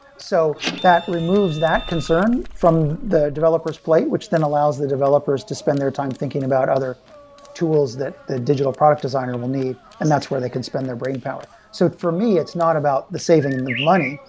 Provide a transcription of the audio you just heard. so that removes that concern from the developer s plate, which then allows the developers to spend their time thinking about other tools that the digital product designer will need, and that's where they could spend their brain power. so for me, it's not about the saving and the money.